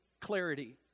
clarity